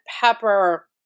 pepper